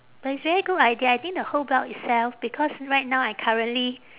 but it's very good idea I think the whole block itself because right now I currently